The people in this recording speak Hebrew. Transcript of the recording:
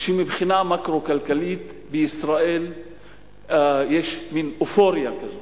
שמבחינה מקרו-כלכלית בישראל יש מין אופוריה כזאת,